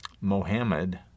Mohammed